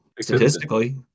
Statistically